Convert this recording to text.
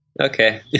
Okay